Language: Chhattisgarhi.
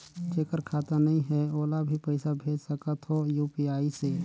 जेकर खाता नहीं है ओला भी पइसा भेज सकत हो यू.पी.आई से?